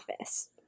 office